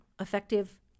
effective